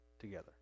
together